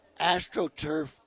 AstroTurf